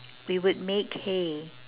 we would make hay